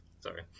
sorry